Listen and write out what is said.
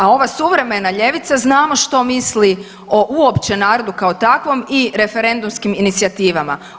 A ova suvremena ljevica znamo što misli o uopće narodu kao takvom i referendumskim inicijativama.